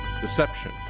deception